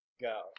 go